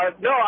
no